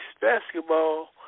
Basketball